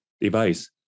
device